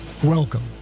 Welcome